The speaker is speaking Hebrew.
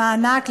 למענק,